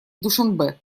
душанбе